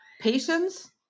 patience